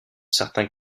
certains